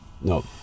No